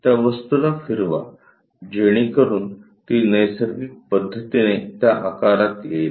तर त्या वस्तूला फिरवा जेणेकरून ती नैसर्गिक पद्धतीने त्या आकारात येईल